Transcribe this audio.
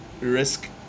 risk